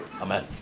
Amen